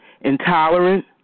intolerant